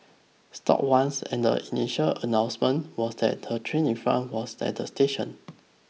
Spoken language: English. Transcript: stopped once and the initial announcement was that the train in front was at the station